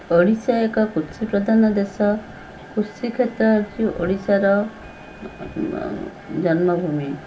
ଓଡ଼ିଶା ଏକ କୃଷି ପ୍ରଧାନ ଦେଶ କୃଷିକ୍ଷେତ୍ର ହେଉଛି ଓଡ଼ିଶାର ଜନ୍ମଭୂମି